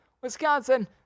Wisconsin